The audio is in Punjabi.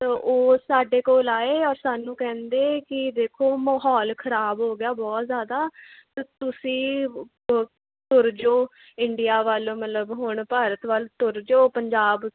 ਤਾਂ ਉਹ ਸਾਡੇ ਕੋਲ ਆਏ ਸਾਨੂੰ ਕਹਿੰਦੇ ਕਿ ਦੇਖੋ ਮਾਹੌਲ ਖ਼ਰਾਬ ਹੋ ਗਿਆ ਬਹੁਤ ਜ਼ਿਆਦਾ ਤੁਸੀਂ ਤੁਰ ਜੋ ਇੰਡੀਆ ਵੱਲ ਮਤਲਬ ਹੁਣ ਭਾਰਤ ਵੱਲ ਤੁਰ ਜਾਓ ਪੰਜਾਬ